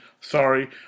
Sorry